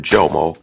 Jomo